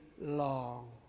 long